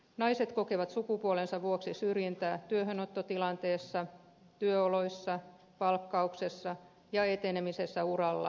naiset kokevat sukupuolensa vuoksi syrjintää työhönottotilanteessa työoloissa palkkauksessa ja etenemisessä urallaan